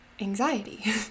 anxiety